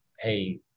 hey